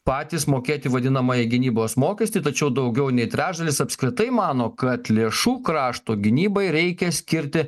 patys mokėti vadinamąjį gynybos mokestį tačiau daugiau nei trečdalis apskritai mano kad lėšų krašto gynybai reikia skirti